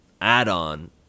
add-on